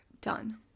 done